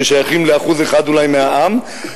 ששייכים אולי ל-1% מהעם,